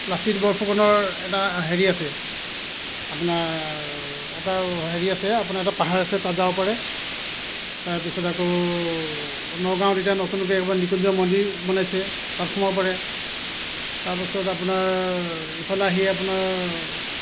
লাচিত বৰফুকনৰ এটা হেৰি আছে আপোনাৰ এটা হেৰি আছে আপোনাৰ এটা পাহাৰ আছে তাত যাব পাৰে তাৰপিছত আকৌ নগাঁৱত এতিয়া নতুনকৈ একেবাৰে মৃত্যুঞ্জয় মন্দিৰ বনাইছে তাত সোমাব পাৰে তাৰপাছত আপোনাৰ ইফালে আহি আপোনাৰ